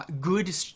good